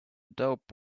dope